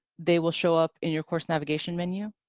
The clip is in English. they will show up in your course navigation menu.